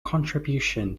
contribution